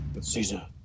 Caesar